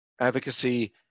advocacy